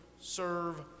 serve